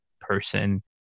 person